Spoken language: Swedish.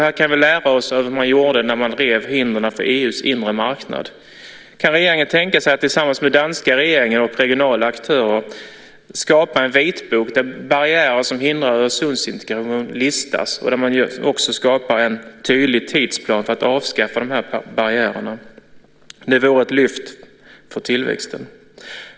Här kan vi lära oss av hur man gjorde när man rev hindren för EU:s inre marknad. Kan regeringen tänka sig att tillsammans med den danska regeringen och regionala aktörer skapa en vitbok där barriärer som hindrar Öresundsintegration listas och där det också görs en tydlig tidsplan för att avskaffa barriärerna? Det vore ett lyft för tillväxten.